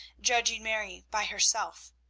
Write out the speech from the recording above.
judging mary by herself,